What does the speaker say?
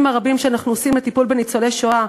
רבים שאנחנו עושים לטיפול בניצולי שואה,